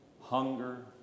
Hunger